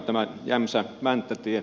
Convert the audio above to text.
tämä jämsämänttä tie